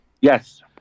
Yes